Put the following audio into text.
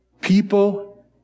people